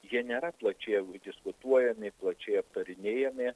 jie nėra plačiai diskutuojami plačiai aptarinėjami